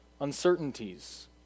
uncertainties